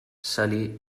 salì